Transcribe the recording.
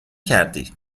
کردی